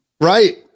Right